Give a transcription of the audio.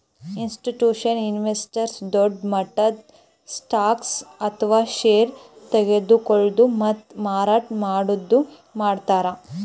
institutional investors ದೊಡ್ಡ್ ಮಟ್ಟದ್ stocks ಅಥವಾ ಷೇರ್ ತಗೋಳದು ಮತ್ತ್ ಮಾರಾಟ್ ಮಾಡದು ಮಾಡ್ತಾರ್